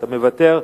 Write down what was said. אתה מוותר.